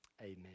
Amen